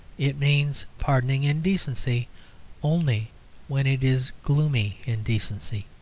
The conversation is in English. it means pardoning indecency only when it is gloomy indecency.